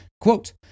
quote